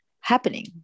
happening